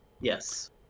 yes